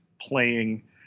playing